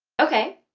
okay,